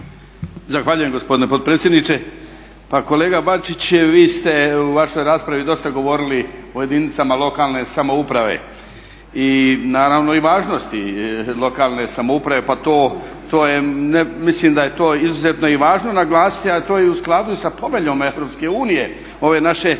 Zahvaljujem gospodine potpredsjedniče. Pa kolega Bačić vi ste u vašoj raspravi dosta govorili o jedinicama lokalne samouprave i naravno i važnosti lokalne samouprave pa to, to je, mislim da je to izuzetno i važno naglasiti a to je i u skladu sa Poveljom Europske